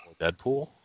Deadpool